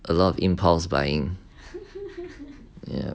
a lot of impulse buying